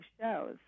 shows